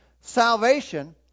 salvation